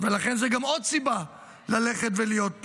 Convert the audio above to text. ולכן זאת גם עוד סיבה ללכת ולהיות בעזה.